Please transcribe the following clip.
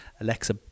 Alexa